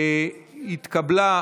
נתקבל.